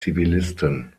zivilisten